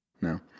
No